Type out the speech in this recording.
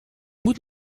moet